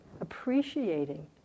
appreciating